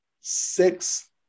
six